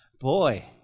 Boy